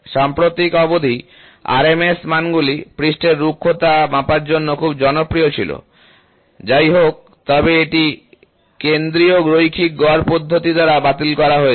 সাম্প্রতিক অবধি R M S মানগুলি পৃষ্ঠের রুক্ষতা মাপার জন্য খুব জনপ্রিয় পছন্দ ছিল যাইহোক তবে এটি কেন্দ্রিক রৈখিক গড় পদ্ধতি দ্বারা বাতিল করা হয়েছে